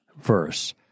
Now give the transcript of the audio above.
verse